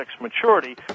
maturity